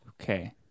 Okay